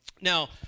Now